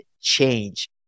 change